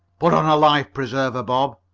put on a life-preserver, bob,